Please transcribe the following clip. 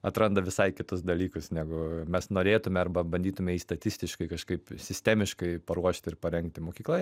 atranda visai kitus dalykus negu mes norėtume arba bandytume jį statistiškai kažkaip sistemiškai paruošti ir parengti mokykla